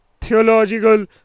theological